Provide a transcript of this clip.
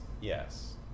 yes